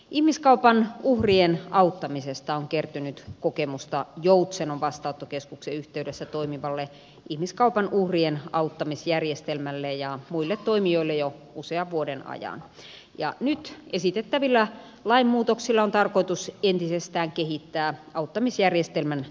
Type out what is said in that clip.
ihmiskaupan uhrien auttamisesta on kertynyt kokemusta joutsenon vastaanottokeskuksen yhteydessä toimivalle ihmiskaupan uhrien auttamisjärjestelmälle ja muille toimijoille jo usean vuoden ajan ja nyt esitettävillä lainmuutoksilla on tarkoitus entisestään kehittää auttamisjärjestelmän toimintamahdollisuuksia